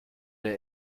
der